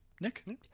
Nick